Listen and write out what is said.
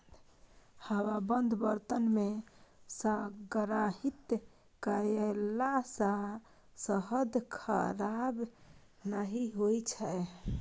हवाबंद बर्तन मे संग्रहित कयला सं शहद खराब नहि होइ छै